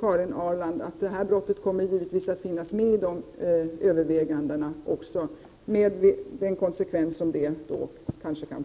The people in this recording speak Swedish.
Karin Ahrland att detta brott kommer att finnas med i dessa överväganden med den konsekvens som det kanske kan få.